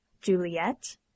Juliet